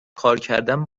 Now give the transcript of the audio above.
کارکردن